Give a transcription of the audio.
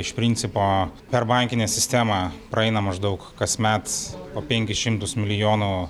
iš principo per bankinę sistemą praeina maždaug kasmet po penkis šimtus milijonų